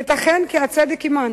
ייתכן כי הצדק עמן.